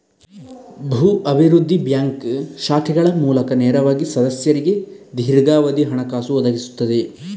ಭೂ ಅಭಿವೃದ್ಧಿ ಬ್ಯಾಂಕ್ ಶಾಖೆಗಳ ಮೂಲಕ ನೇರವಾಗಿ ಸದಸ್ಯರಿಗೆ ದೀರ್ಘಾವಧಿಯ ಹಣಕಾಸು ಒದಗಿಸುತ್ತದೆ